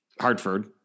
Hartford